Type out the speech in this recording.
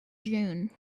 june